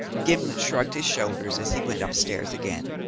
gimblet shrugged his shoulders as he went upstairs again.